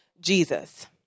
Jesus